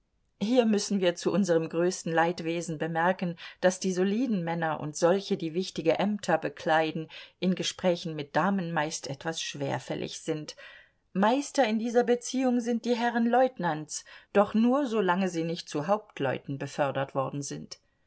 hier müssen wir zu unserem größten leidwesen bemerken daß die soliden männer und solche die wichtige ämter bekleiden in gesprächen mit damen meist etwas schwerfällig sind meister in dieser beziehung sind die herren leutnants doch nur solange sie nicht zu hauptleuten befördert worden sind